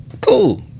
Cool